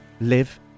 live